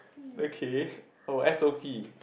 okay oh S_O_P